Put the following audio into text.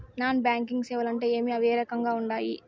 non banking సేవలు అంటే ఏమి అవి ఏ రకంగా ఉండాయి